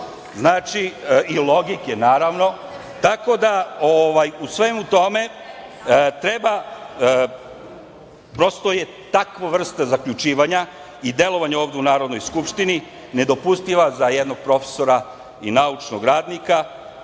i logike naravno,